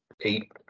eight